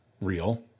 real